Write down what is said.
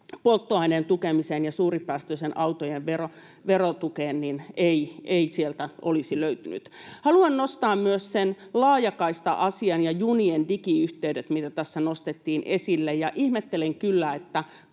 fossiilipolttoaineiden tukemiseen ja suuripäästöisten autojen verotukeen ei sieltä olisi löytynyt. Haluan nostaa myös laajakaista-asian ja junien digiyhteydet, mitä tässä nostettiin esille. Ihmettelen kyllä,